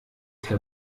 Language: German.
herr